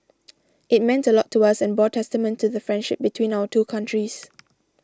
it meant a lot to us and bore testament to the friendship between our two countries